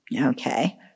okay